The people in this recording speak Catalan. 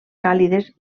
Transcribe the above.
càlides